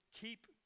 keep